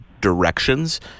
directions